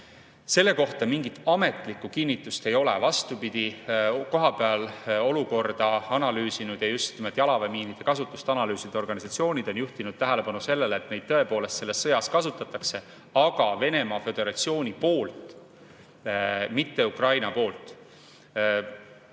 Selle kohta mingit ametlikku kinnitust ei ole. Vastupidi, kohapeal olukorda analüüsinud ja just nimelt jalaväemiinide kasutust analüüsinud organisatsioonid on juhtinud tähelepanu sellele, et neid tõepoolest selles sõjas kasutatakse, aga Venemaa Föderatsiooni poolt, mitte Ukraina poolt.